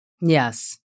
Yes